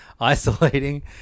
isolating